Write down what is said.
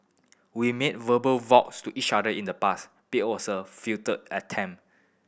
we made verbal vows to each other in the past be also futile attempt